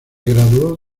graduó